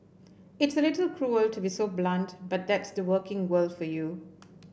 it's a little cruel to be so blunt but that's the working world for you